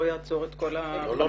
לא יעצור את כל התוכניות.